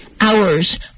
hours